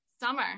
Summer